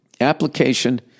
application